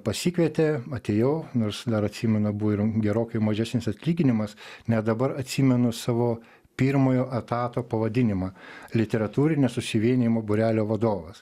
pasikvietė atėjau nors dar atsimena buvo ir gerokai mažesnis atlyginimas net dabar atsimenu savo pirmojo etato pavadinimą literatūrinio susivienijimo būrelio vadovas